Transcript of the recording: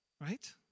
right